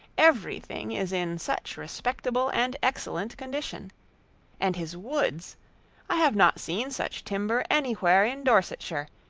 every thing is in such respectable and excellent condition and his woods i have not seen such timber any where in dorsetshire,